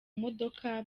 modoka